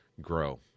grow